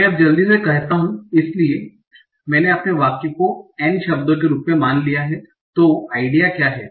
मैं अब जल्दी से कहता हू इसलिए मैंने अपने वाक्य को N शब्दों के रूप में मान लिया है तो आइडिया क्या है